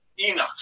Enoch